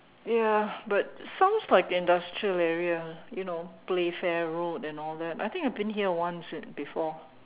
ya but sounds like industrial area you know Playfair Road and all that I think I've been here once before